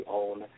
own